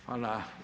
Hvala.